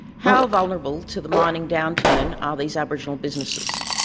how vulnerable to the mining downturn are these aboriginal businesses?